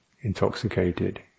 intoxicated